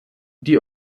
die